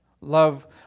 love